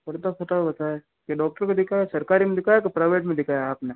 थोड़ी ना पता होता है डॉक्टर को दिखाया आपने सरकारी में दिखाया या प्राइवेट में दिखाया आपने